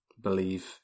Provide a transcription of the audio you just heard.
believe